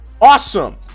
awesome